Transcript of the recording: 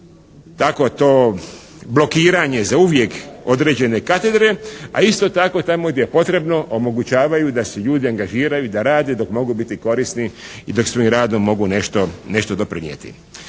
tako to blokiranje zauvijek određene katedre a isto tako tamo gdje je potrebno omogućavaju da se ljudi angažiraju i da rade dok mogu biti korisni i dok svojim radom mogu nešto doprinijeti.